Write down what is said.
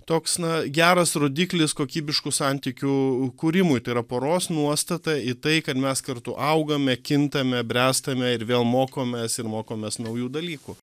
toks na geras rodiklis kokybiškų santykių kūrimui tai yra poros nuostata į tai kad mes kartu augame kintame bręstame ir vėl mokomės ir mokomės naujų dalykų